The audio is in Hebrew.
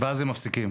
ואז הם מפסיקים.